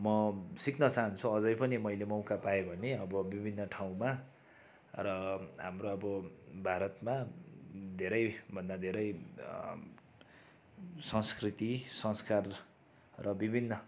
म सिक्न चाहन्छु अझै पनि मैले मौका पाएँ भने अब विभिन्न ठाउँमा र हाम्रो अब भारतमा धेरैभन्दा धेरै संस्कृति संस्कार र विभिन्न